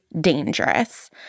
dangerous